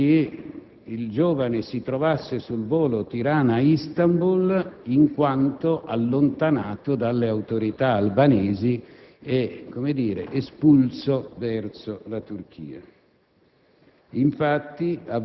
ed è presumibile che il giovane si trovasse sul volo Tirana-Istanbul in quanto allontanato dalle autorità albanesi e, per così dire, espulso verso la Turchia.